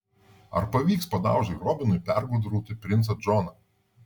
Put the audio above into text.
ar pavyks padaužai robinui pergudrauti princą džoną